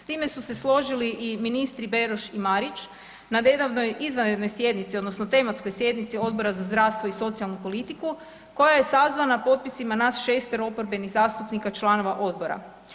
S time su se složili i ministri Beroš i Marić na nedavnoj izvanrednoj sjednici odnosno tematskoj sjednici Odbora za zdravstvo i socijalnu politiku koja je sazvana popisima nas 6 oporbenih zastupnika članova odbora.